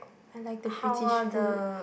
I like the British food